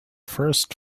first